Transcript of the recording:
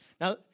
Now